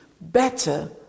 better